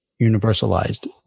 universalized